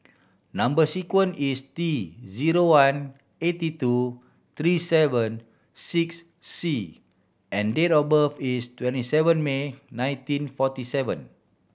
number sequence is T zero one eighty two three seven six C and date of birth is twenty seven May nineteen forty seven